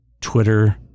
Twitter